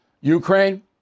Ukraine